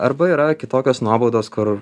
arba yra kitokios nuobaudos kur